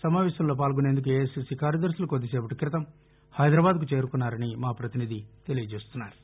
సమావేశంలో పాల్గొనేందుకు ఏఐసిసి కార్యదర్యులు కొద్దినేపటి క్రితం హైదరాబాద్కు చేరుకున్నారని మా ప్రపతినిధి తెలియచేస్తున్నారు